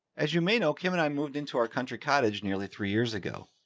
as you may know, kim and i moved into our country cottage nearly three years ago.